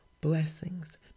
blessings